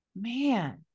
man